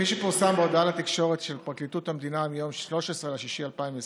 כפי שפורסם בהודעה לתקשורת של פרקליטות המדינה מ-13 ביוני 2020,